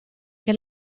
che